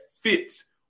fits